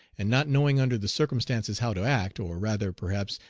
and not knowing under the circumstances how to act, or rather, perhaps,